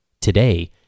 Today